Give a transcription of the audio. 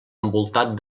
envoltat